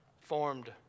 formed